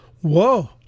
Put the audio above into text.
Whoa